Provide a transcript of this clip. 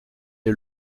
est